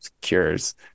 cures